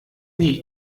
nie